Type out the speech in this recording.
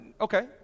Okay